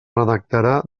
redactarà